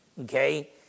okay